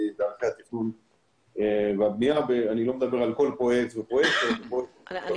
התכנון והבניה ואני לא מדבר על כל פרויקט ופרויקט --- אני